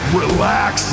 relax